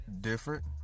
different